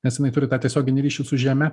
nes jinai turi tą tiesioginį ryšį su žeme